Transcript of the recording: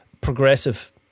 progressive